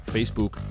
Facebook